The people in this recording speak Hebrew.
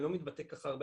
אני לא מתבטא ככה הרבה,